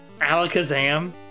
Alakazam